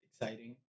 exciting